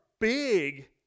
big